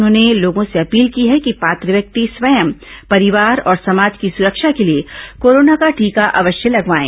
उन्होंने लोगों से अपील की है कि पात्र व्यक्ति स्वयं परिवार और समाज की सुरक्षा के लिए कोरोना का टीका अवश्य लगावाएं